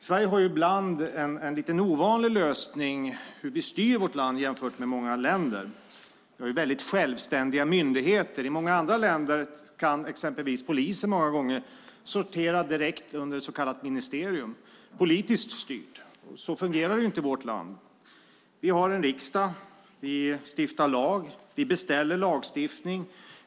Sverige har ibland en lite ovanlig lösning för hur vi styr vårt land jämfört med många länder. Vi har självständiga myndigheter. I många andra länder kan exempelvis polisen sortera direkt under ett så kallat ministerium, politiskt styrt. Så fungerar det inte i vårt land. Vi har en riksdag, vi stiftar lag och vi beställer lagstiftning.